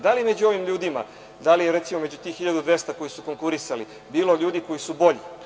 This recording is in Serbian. Da li je među ovim ljudima, da li je recimo, među tih 1.200 koji su konkurisali bilo ljudi koji su bolji?